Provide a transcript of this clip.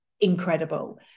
incredible